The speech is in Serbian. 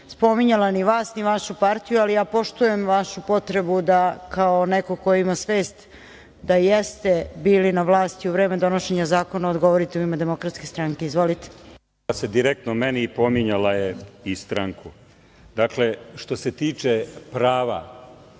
spominjala ni vas, ni vašu partiju, ali ja poštujem vašu potrebu da kao neko ko ima svest da jeste bili na vlasti u vreme donošenja zakona odgovorite u ime DS.Izvolite. **Zoran Lutovac** Obraćala se direktno meni i pominjala je i stranku. Dakle, što se tiče prava,